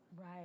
Right